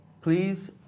Please